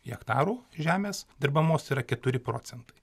hektarų žemės dirbamos yra keturi procentai